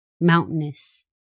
Mountainous